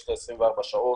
יש לו 24 שעות.